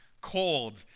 cold